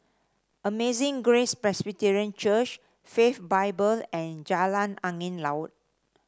Amazing Grace Presbyterian Church Faith Bible and Jalan Angin Laut